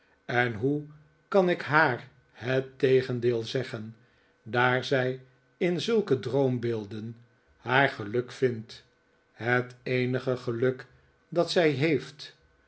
en hoe kan ik haar het tegendeel zeggen daar zij in zulke droombeelden haar geluk vindt het eenige geluk dat zij heeft